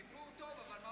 סיפור טוב, אבל מה הקשר?